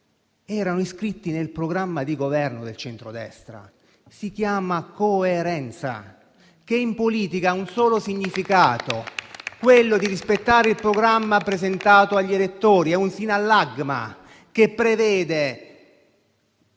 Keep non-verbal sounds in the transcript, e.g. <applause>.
erano iscritte nel programma di Governo del centrodestra. Si chiama coerenza, che in politica ha un solo significato, <applause> quello di rispettare il programma presentato agli elettori. È un sinallagma che prevede